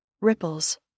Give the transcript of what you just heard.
ripples